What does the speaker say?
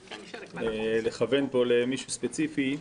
בלי לכוון פה למישהו ספציפי,